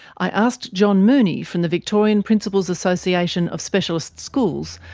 i asked john mooney, from the victorian principals association of specialist schools,